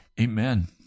Amen